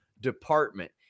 Department